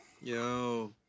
yo